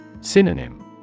Synonym